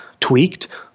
tweaked